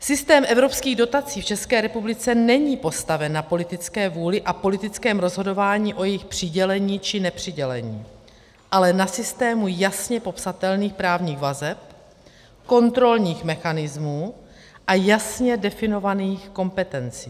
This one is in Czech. Systém evropských dotací v České republice není postaven na politické vůli a politickém rozhodováním o jejich přidělení či nepřidělení, ale na systému jasně popsatelných právních vazeb, kontrolních mechanismů a jasně definovaných kompetencí.